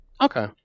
Okay